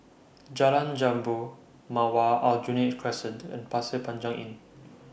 Jalan Jambu Mawar Aljunied Crescent and Pasir Panjang Inn